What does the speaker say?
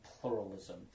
pluralism